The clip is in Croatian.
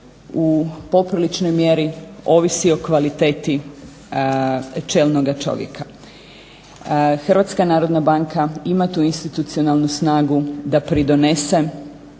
u popriličnoj mjeri ovisi o kvaliteti čelnoga čovjeka. HNB ima tu institucionalnu snagu da pridonese